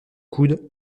coude